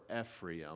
Ephraim